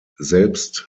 selbst